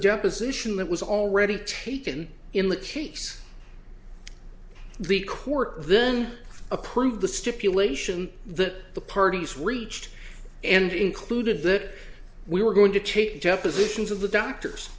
deposition that was already taken in the case the court then approved the stipulation that the parties reached and included that we were going to take depositions of the doctors